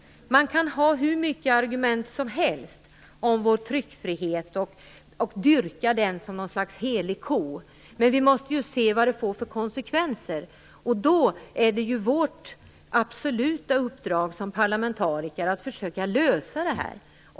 Man kan ha hur många argument som helst om vår tryckfrihet och dyrka den som något slags helig ko, men vi måste ju se vilka konsekvenser den får. Det är vårt absoluta uppdrag som parlamentariker att försöka lösa problemen.